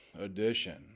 edition